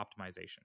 optimization